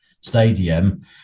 stadium